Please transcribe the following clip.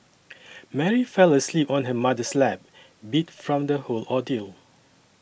Mary fell asleep on her mother's lap beat from the whole ordeal